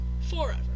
Forever